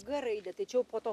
g raide tai čia jau po to